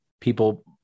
people